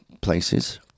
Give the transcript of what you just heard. places